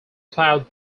cloud